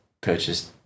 purchased